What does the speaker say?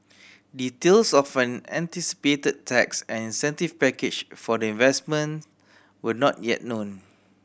details of an anticipated tax and incentive package for the investment were not yet known